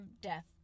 death